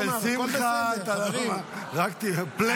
אצל שמחה --- play,